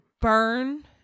burn